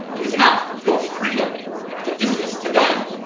it is not your freedom to do this to them!